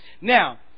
Now